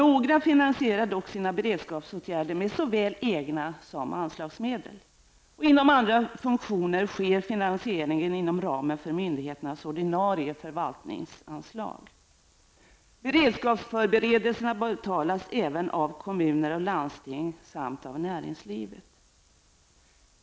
Några finansier dock sina beredskapsåtgärder med såväl egna medel som anslagsmedel. Inom andra funktioner sker finansieringen inom ramen för myndigheternas ordinarie förvaltningsanslag. Beredskapsförberedelserna betalas även av kommuner och landsting samt av näringslivet.